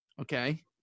Okay